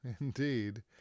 Indeed